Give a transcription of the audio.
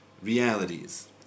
realities